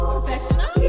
Professional